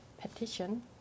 petition